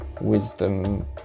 wisdom